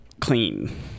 clean